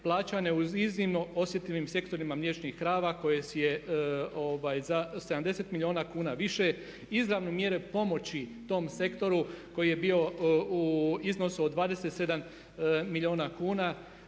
plaćane uz iznimno osjetilnim sektorima mliječnih krava koje si je za 70 milijuna kuna više izravne mjere pomoći tom sektoru koji je bio u iznosu od 27 milijuna kuna.